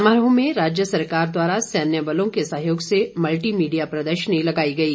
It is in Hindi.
समारोह में राज्य सरकार द्वारा सैन्य बलों के सहयोग से मल्टी मीडिया प्रदर्शनी लगाई गयी